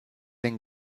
den